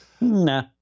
Nah